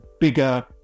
bigger